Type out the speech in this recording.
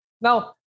Now